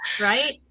right